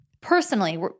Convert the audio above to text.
personally